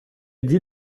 dit